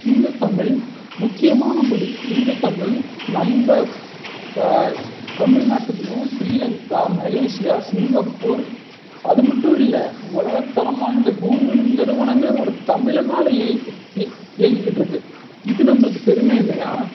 இந்த தமிழ் முக்கியமான மொழி இந்த தமிழ் நம்ம தமிழ்நாட்டுலேயும் ஸ்ரீலங்கா மலேசியா சிங்கப்பூர் அது மட்டும் இல்லை உலகத்தரம் வாய்ந்த கூகுள் நிறுவனம் ஒரு தமிழனால் இயங்கிக்கிட்டுருக்குது இது நம்மளுக்கு பெருமை இல்லையா